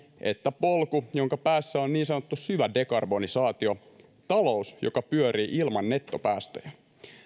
että polku jonka päässä on niin sanottu syvä dekarbonisaatio talous joka pyörii ilman nettopäästöjä